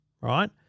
right